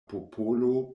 popolo